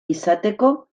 izateko